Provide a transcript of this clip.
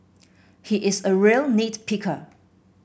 he is a real nit picker